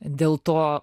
dėl to